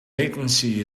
latency